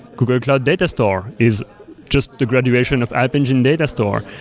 google cloud data store is just the graduation of app engine data store.